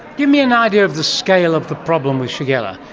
give me an idea of the scale of the problem with shigella.